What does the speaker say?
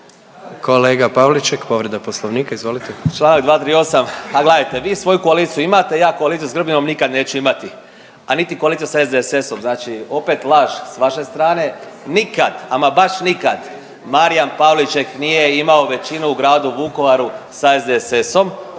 **Pavliček, Marijan (Hrvatski suverenisti)** Čl. 238., a gledajte vi svoju koaliciji imate, ja koaliciju s Grbinom nikad neću imati, a niti koalicija s SDSS-om, znači opet laž s vaše strane. Nikad, ama baš nikad Marijan Pavliček nije imao većinu u Gradu Vukovaru sa SDSS-om,